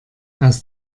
aus